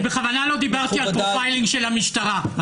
אני בכוונה לא דיברתי על פרופיילינג של המשטרה,